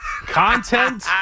Content